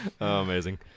Amazing